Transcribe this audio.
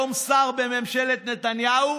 היום שר בממשלת נתניהו,